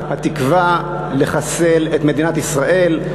התקווה לחסל את מדינת ישראל.